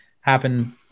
happen